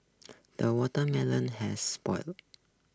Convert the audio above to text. the watermelon has